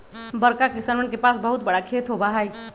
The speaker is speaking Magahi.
बड़का किसनवन के पास बहुत बड़ा खेत होबा हई